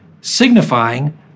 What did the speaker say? signifying